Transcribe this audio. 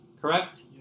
correct